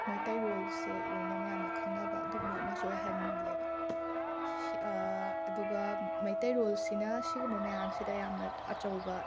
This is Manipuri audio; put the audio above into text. ꯃꯩꯇꯩꯔꯣꯜꯁꯦ ꯂꯣꯏꯅ ꯃꯌꯥꯝꯅ ꯈꯪꯅꯕ ꯑꯗꯨꯒꯨꯝꯕ ꯑꯃꯁꯨ ꯑꯣꯏꯍꯟꯂꯦꯕ ꯁꯤ ꯑꯗꯨꯒ ꯃꯩꯇꯩꯔꯣꯜꯁꯤꯅ ꯁꯤꯒꯨꯝꯕ ꯃꯌꯥꯝꯁꯤꯗ ꯌꯥꯝꯅ ꯑꯆꯧꯕ